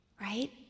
right